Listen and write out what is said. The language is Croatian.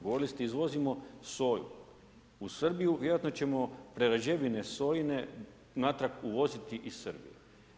Govorili ste izvozimo soju u Srbiju, vjerojatno ćemo prerađevine sojine natrag uvoziti iz Srbije.